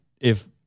if-